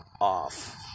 off